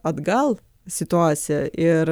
atgal situaciją ir